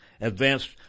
Advanced